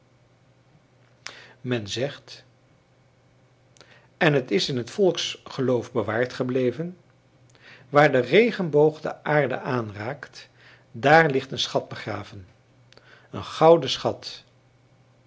men zegt en het is in het volksgeloof bewaard gebleven waar de regenboog de aarde aanraakt daar ligt een schat begraven een gouden schat